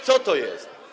Co to jest?